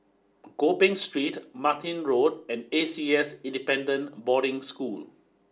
Gopeng Street Martin Road and A C S Independent Boarding School